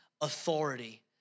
authority